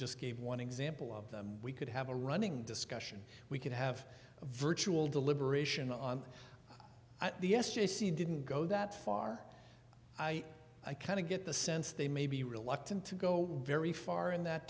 just gave one example of them we could have a running discussion we could have a virtual deliberation on the s j c didn't go that far i kind of get the sense they may be reluctant to go very far in that